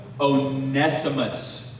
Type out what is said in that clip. Onesimus